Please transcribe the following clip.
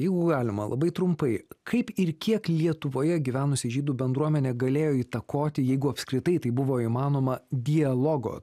jeigu galima labai trumpai kaip ir kiek lietuvoje gyvenusi žydų bendruomenė galėjo įtakoti jeigu apskritai tai buvo įmanoma dialogo